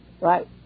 Right